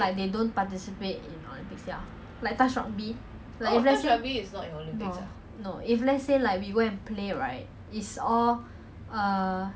[one] you know like certain schools like you go for represent school teams national team right then like sometimes err the government will sponsor but then there are